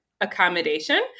accommodation